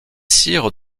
sires